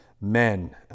men